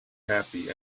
happy